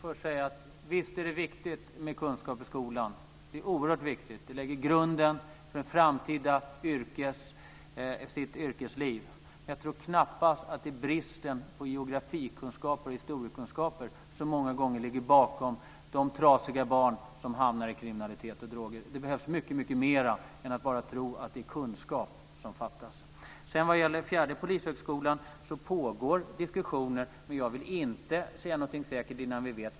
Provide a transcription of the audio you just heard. Fru talman! Visst är det viktigt med kunskap i skolan. Det är oerhört viktigt. Det lägger grunden för ett framtida yrkesliv. Men jag tror knappast att det är bristen på geografikunskaper och historiekunskaper som många gånger ligger bakom de trasiga barn som hamnar i kriminalitet och droger. Det behövs mycket mer än att bara tro att det är kunskap som fattas. Vad gäller en fjärde polishögskola pågår det diskussioner. Jag vill inte säga något säkert innan vi vet något.